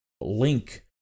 Link